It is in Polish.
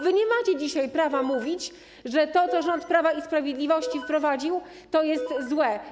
Wy nie macie dzisiaj prawa mówić, że to, co rząd Prawa i Sprawiedliwości wprowadził, jest złe.